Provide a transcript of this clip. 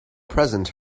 present